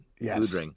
Yes